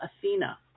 Athena